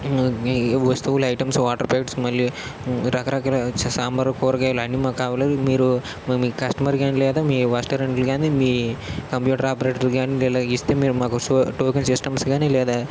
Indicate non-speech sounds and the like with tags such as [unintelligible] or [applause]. [unintelligible] ఈ వస్తువులు items water packets మళ్ళీ రకరకాల సాంబారు కూరగాయలు అన్ని మాకు కావాలి మీరు మీ కస్టమర్ కేర్ కాని లేదా మీ రెస్టారెంట్ కాని మీ కంప్యూటర్ ఆపరేటర్ కాని ఇలాగ ఇస్తే కాని మాకు సో టోకెన్ సిస్టమ్స్ కాని లేదా